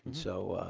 so,